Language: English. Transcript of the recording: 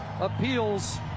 appeals